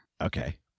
Okay